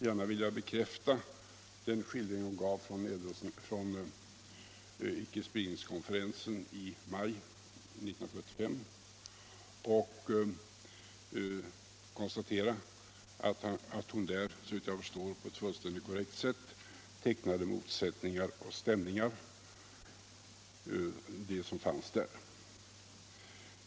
Jag vill gärna bekräfta den skildring hon gav från icke-spridningskonferensen i maj 1975 och konstatera att hon — såvitt jag förstår — på ett fullständigt korrekt sätt tecknade 120 de motsättningar och stämningar som där fanns.